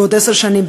בעוד עשר שנים,